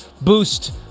boost